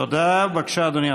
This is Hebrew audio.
תודה.